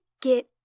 get